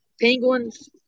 Penguins